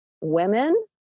women